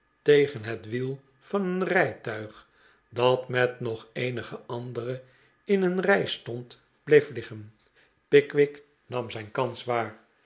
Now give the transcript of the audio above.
tegen het wiel van eenrijtuig dat met nog eenige andere in een rij stond bleef liggen pickwick nam zijn kahs waar